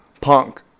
punk